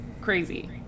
Crazy